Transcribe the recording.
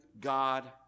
God